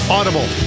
Audible